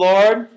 Lord